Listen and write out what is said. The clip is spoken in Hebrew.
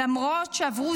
למרות שעברו